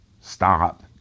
stop